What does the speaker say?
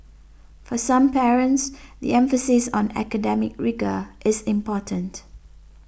for some parents the emphasis on academic rigour is important